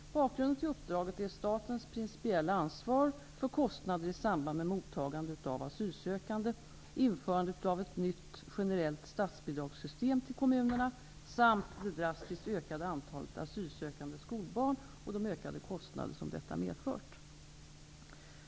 Bakgrunden till uppdraget är statens principiella ansvar för kostnader i samband med mottagande av asylsökande, införandet av ett nytt generellt statsbidragssystem till kommunerna samt det drastiskt ökade antalet asylsökande skolbarn och de ökade kostnader som detta medfört.